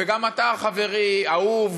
וגם אתה חברי אהוב,